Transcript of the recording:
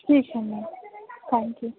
ठीक है ma'am thank you